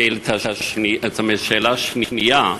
שאלה שנייה.